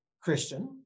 Christian